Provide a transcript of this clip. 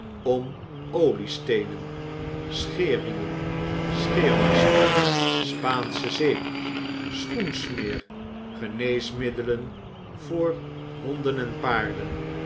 om oliesteenen scheerriemen scheermessen spaansche zeep schoensmeer geneesmidde en voor honden en paarden